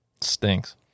Stinks